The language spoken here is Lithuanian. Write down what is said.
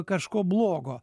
kažko blogo